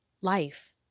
life